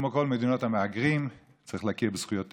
כמו בכל מדינות המהגרים, וצריך להכיר בזכויותיהם,